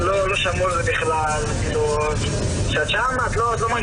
זה לא שיש קורונה ולכן נדחה את הטיפול בכל שאר הדברים אלא יש קורונה